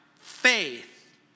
faith